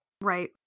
Right